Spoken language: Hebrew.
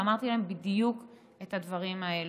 ואמרתי להם בדיוק את הדברים האלה.